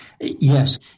Yes